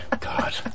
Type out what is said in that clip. God